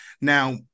Now